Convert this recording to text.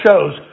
shows